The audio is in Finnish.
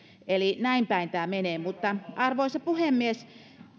eli näinpäin tämä menee arvoisa puhemies